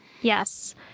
Yes